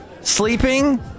Sleeping